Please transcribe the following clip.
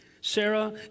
Sarah